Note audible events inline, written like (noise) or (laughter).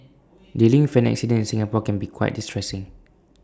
(noise) dealing for an accident in Singapore can be quite distressing